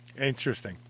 Interesting